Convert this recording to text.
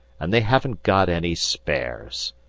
and they haven't got any spares!